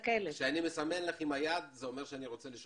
כשאני מסמן לך עם היד, זה אומר שאני רוצה לשאול